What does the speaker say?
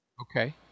Okay